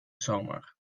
zomer